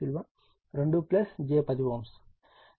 అవుతుంది